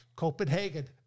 Copenhagen